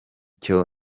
cyo